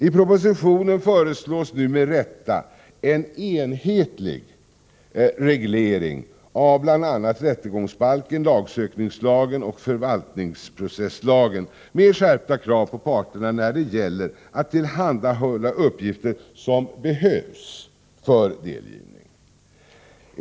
I propositionen föreslås nu med rätta en enhetlig reglering i bl.a. rättegångsbalken, lagsökningslagen och förvaltningsprocesslagen med skärpta krav på parterna när det gäller att tillhandahålla uppgifter som behövs för delgivning.